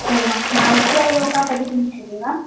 एवं भवत्या योगा पठितुमिच्छति वा